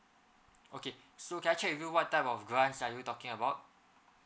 okay so can I check with you what time of grants are you talking about